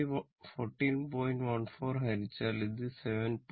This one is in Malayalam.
14 ഹരിച്ചാൽ ഇത് 7